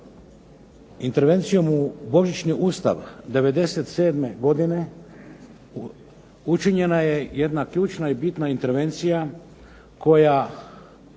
Intervencijom u božićni Ustav '97. godine učinjena je jedna ključna i bitna intervencija koja,